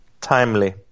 timely